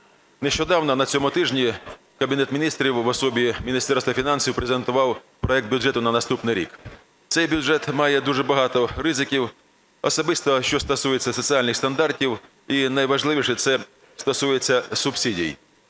Нещодавно, на цьому тижні, Кабінет Міністрів в особі Міністерства фінансів презентував проект бюджету на наступний рік. Цей бюджет має дуже багато ризиків, особисто, що стосується соціальних стандартів і, найважливіше, це стосується субсидій.